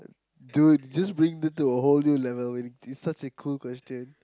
dude just bring that to a whole new level man it's such a cool question